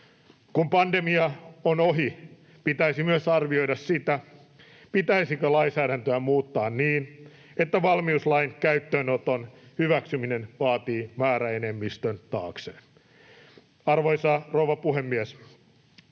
Kun pandemia on ohi, pitäisi myös arvioida sitä, pitäisikö lainsäädäntöä muuttaa niin, että valmiuslain käyttöönoton hyväksyminen vaatii määräenemmistön taakseen. Arvoisa rouva puhemies!